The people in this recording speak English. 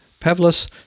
Pavlos